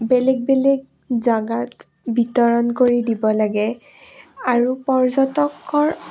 বেলেগ বেলেগ জাগাত বিতৰণ কৰি দিব লাগে আৰু পৰ্যটকৰ